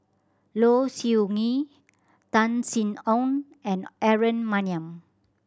Low Siew Nghee Tan Sin Aun and Aaron Maniam